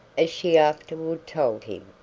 as she afterward told him.